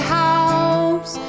house